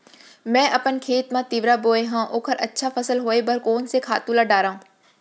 मैं अपन खेत मा तिंवरा बोये हव ओखर अच्छा फसल होये बर कोन से खातू ला डारव?